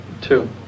two